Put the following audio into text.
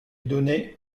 donner